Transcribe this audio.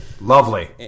Lovely